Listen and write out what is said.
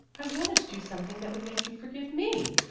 i've wanted to do something that would make you forgive me.